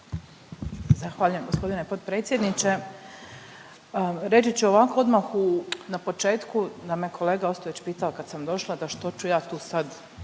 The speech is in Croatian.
Zahvaljujem g. potpredsjedniče. Reći ću ovako odmah na početku da me kolega Ostojić pitao kad sam došla da što ću ja tu sad